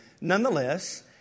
Nonetheless